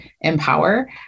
empower